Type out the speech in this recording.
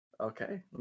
Okay